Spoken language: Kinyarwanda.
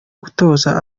gutoza